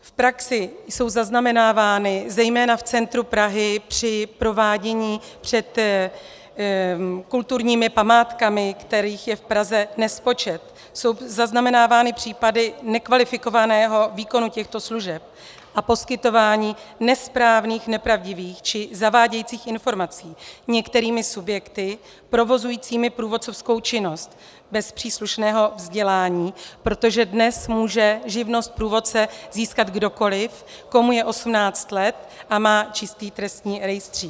V praxi jsou zaznamenávány zejména v centru Prahy při provádění před kulturními památkami, kterých je v Praze nespočet, jsou zaznamenávány případy nekvalifikovaného výkonu těchto služeb a poskytování nesprávných, nepravdivých či zavádějících informaci některými subjekty provozujícími průvodcovskou činnost bez příslušného vzdělání, protože dnes může živnost průvodce získat kdokoliv, komu je 18 let a má čistý trestní rejstřík.